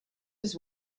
his